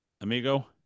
amigo